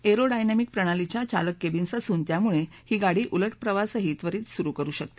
arrow dynamic प्रणालीच्या चालक cabins असून त्यामुळे ही गाडी उलंट प्रवासही त्वरीत सुरु करु शकते